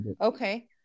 Okay